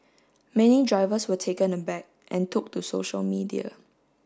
many drivers were taken aback and took to social media